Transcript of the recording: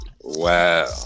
Wow